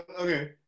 okay